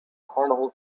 carnival